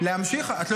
הלאה.